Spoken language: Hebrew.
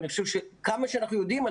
אבל כמה שאנחנו יודעים,